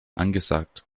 angesagt